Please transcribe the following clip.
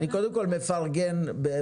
אני קודם כל מפרגן בענק